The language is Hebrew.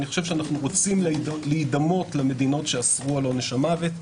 אנו רוצים להידמות למדינות שאסרו על עונש המוות.